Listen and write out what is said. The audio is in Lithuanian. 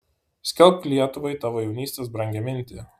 skelbk lietuvai tavo jaunystės brangią mintį